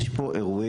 יש פה אירועים,